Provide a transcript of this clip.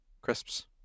crisps